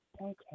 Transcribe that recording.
okay